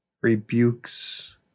rebukes